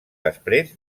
després